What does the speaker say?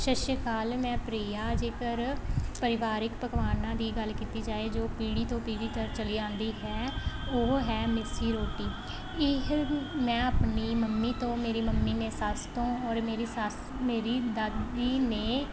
ਸਤਿ ਸ਼੍ਰੀ ਅਕਾਲ ਮੈਂ ਪ੍ਰਿਆ ਜੇਕਰ ਪਰਿਵਾਰਿਕ ਪਕਵਾਨਾਂ ਦੀ ਗੱਲ ਕੀਤੀ ਜਾਏ ਜੋ ਪੀੜ੍ਹੀ ਤੋਂ ਪੀੜ੍ਹੀ ਦਰ ਚਲੀ ਆਉਂਦੀ ਹੈ ਉਹ ਹੈ ਮਿਸੀ ਰੋਟੀ ਇਹ ਮੈਂ ਆਪਣੀ ਮੰਮੀ ਤੋਂ ਮੇਰੀ ਮੰਮੀ ਨੇ ਸੱਸ ਤੋਂ ਔਰ ਮੇਰੀ ਸੱਸ ਮੇਰੀ ਦਾਦੀ ਨੇ